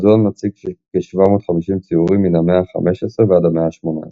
המוזיאון מציג כ-750 ציורים מן המאה ה-15 ועד המאה ה-18.